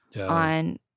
on